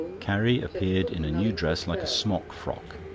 carrie appeared in a new dress like a smock-frock.